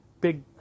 big